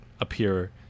appear